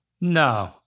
No